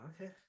okay